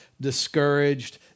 discouraged